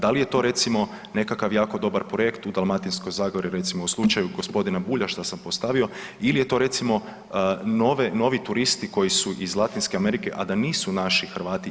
Da li je to, recimo, nekakav jako dobar projektu u Dalmatinskoj zagori, recimo u slučaju g. Bulja, što sam postavio ili je to, recimo, novi turisti koji su iz Latinske Amerike, a da nisu naši Hrvati.